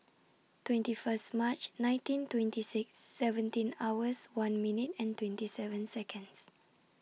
twenty First March nineteen twenty six seventeen hours one minute and twenty seven Seconds